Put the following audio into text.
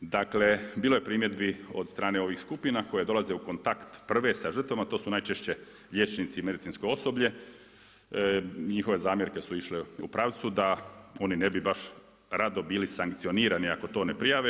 Dakle bilo je primjedbi od strane ovih skupina koje dolaze u kontakt prve sa žrtvama, to su najčešće liječnici i medicinsko osoblje, njihove zamjerke su išle u pravcu da oni ne bi baš rado bili sankcionirani ako to ne prijave.